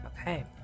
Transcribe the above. Okay